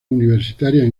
universitarias